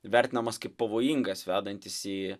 vertinamas kaip pavojingas vedantis į